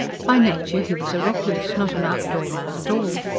by nature he was a recluse not an outdoor-man at all.